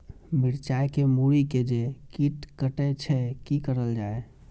मिरचाय के मुरी के जे कीट कटे छे की करल जाय?